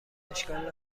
اشکال